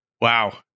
wow